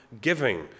giving